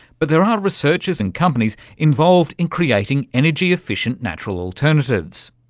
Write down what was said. but there are researchers and companies involved in creating energy efficient natural alternatives.